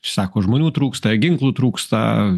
sako žmonių trūksta ginklų trūksta